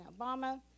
Obama